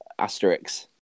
Asterix